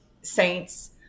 saints